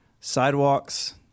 sidewalks